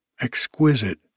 exquisite